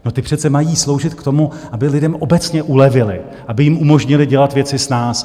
No, ty přece mají sloužit k tomu, aby lidem obecně ulevily, aby jim umožnily dělat věci snáz.